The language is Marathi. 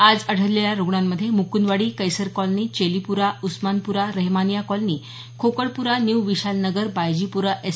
आज आढळलेल्या रुग्णांमध्ये Mukundwadi Kaiser colony Chelipura Osmanpura Rehmania colony Khokadpura new Vishal Nagar Baijipura S